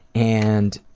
and